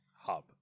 hub